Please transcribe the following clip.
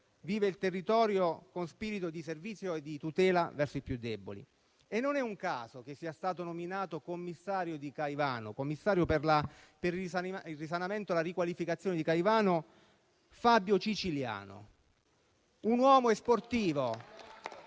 vive il territorio con spirito di servizio e di tutela verso i più deboli. Non è un caso che sia stato nominato commissario per il risanamento e la riqualificazione di Caivano Fabio Ciciliano *(Applausi**)*,